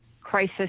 crisis